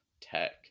tech